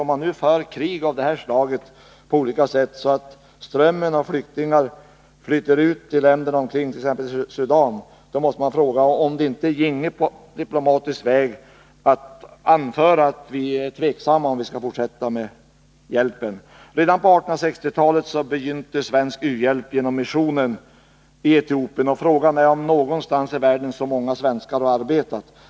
Om landet nu för krig av detta slag, så att flyktingar strömmar ut till länder omkring, t.ex. Sudan, måste man fråga om det inte ginge att på diplomatisk väg anföra att vi är tveksamma till om vi skall fortsätta ge hjälpen. Redan på 1860-talet begynte svensk u-hjälp genom missionen i Etiopien, och frågan är om så många svenskar har arbetat någonstans utanför vårt land som där.